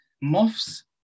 moths